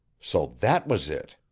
so that was it!